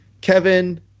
Kevin